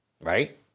Right